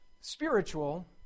spiritual